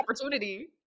opportunity